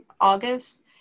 August